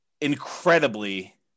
incredibly